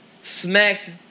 smacked